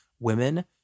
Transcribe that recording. women